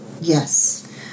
Yes